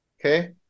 Okay